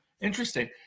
interesting